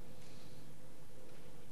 בעד, 5,